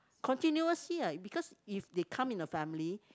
continuously lah because if they come in a family